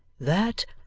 that,